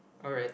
alright